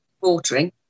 watering